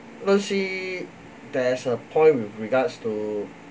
don't see there is a point with regards to